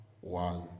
one